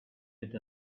with